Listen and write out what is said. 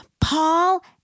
Paul